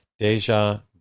Deja